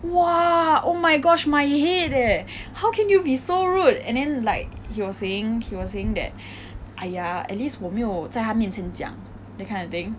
!wah! oh my gosh my head leh how can you be so rude and then like he was saying he was saying that !aiya! at least 我没有在她面前讲 that kind of thing